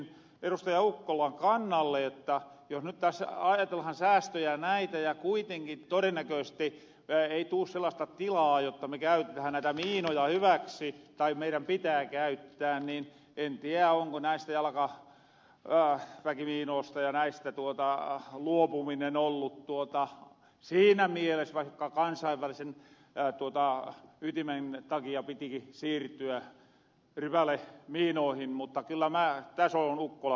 ukkolan kannalle että jos nyt tässä ajatellahan säästöjä ja näitä ja kuitenkin todennäköisesti ei tuu sellaasta tilaa jotta me käytetähän näitä miinoja hyväksi tai meidän pitää käyttää niin en tiä onko näistä jalkaväkimiinoosta ja näistä luopuminen ollut siinä mieles vaikka kansainvälisen ytimen takia pitiki siirtyä rypälemiinoohin mutta kyllä mä täs oon ed